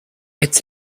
its